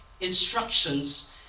instructions